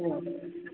औ